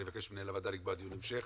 אני מבקש ממנהל הוועדה לקבוע דיון המשך,